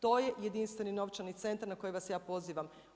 To je jedinstveni novčani centar na koji vas ja pozivam.